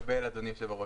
אדוני היושב-ראש.